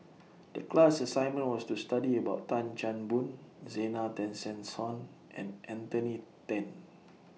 The class assignment was to study about Tan Chan Boon Zena Tessensohn and Anthony Then